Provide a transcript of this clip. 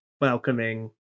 welcoming